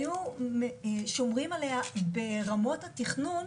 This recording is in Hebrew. היו שומרים עליה ברמות התכנון,